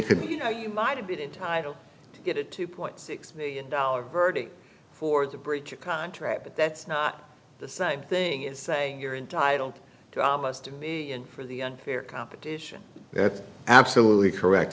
could be you know you might have been entitled to get a two point six million dollars verdict for the breach of contract but that's not the same thing as saying you're entitled to all of us to be in for the unfair competition that's absolutely correct